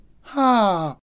Ha